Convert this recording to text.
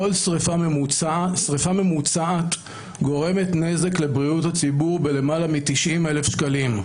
שריפה ממוצעת גורמת נזק לבריאות הציבור בלמעלה מ-90,000 שקלים,